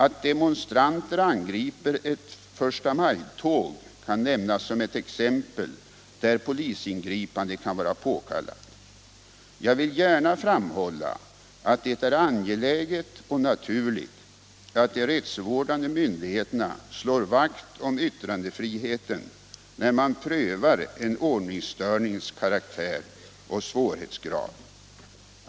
Att demonstranter angriper ett förstamajtåg kan nämnas som ett exempel där ett polisingripande kan vara påkallat. Jag vill gärna framhålla att det är angeläget och naturligt att de rättsvårdande myndigheterna slår vakt om yttrandefriheten när man prövar en ordningsstörnings karaktär och svårhetsgrad.